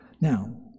Now